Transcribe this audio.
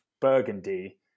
Burgundy